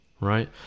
right